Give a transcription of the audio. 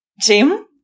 Jim